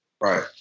Right